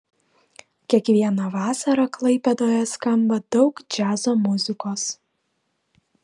kiekvieną vasarą klaipėdoje skamba daug džiazo muzikos